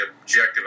objective